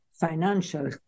financial